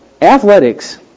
Athletics